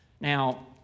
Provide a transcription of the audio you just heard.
Now